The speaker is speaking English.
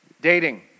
dating